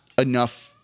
enough